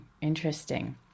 interesting